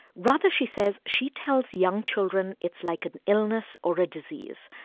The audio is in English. rather, she says, she tells young children it's like an illness or a disease.